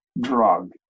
drug